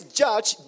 judge